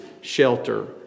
shelter